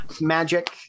magic